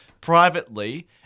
privately